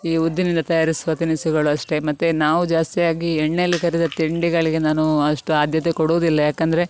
ಈ ಉದ್ದಿನಿಂದ ತಯಾರಿಸುವ ತಿನಿಸುಗಳು ಅಷ್ಟೇ ಮತ್ತು ನಾವು ಜಾಸ್ತಿಯಾಗಿ ಎಣ್ಣೆಯಲ್ಲಿ ಕರಿದ ತಿಂಡಿಗಳಿಗೆ ನಾನು ಅಷ್ಟು ಆದ್ಯತೆ ಕೊಡುವುದಿಲ್ಲ ಯಾಕೆಂದ್ರೆ